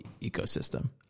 ecosystem